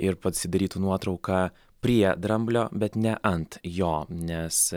ir pasidarytų nuotrauką prie dramblio bet ne ant jo nes